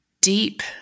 deep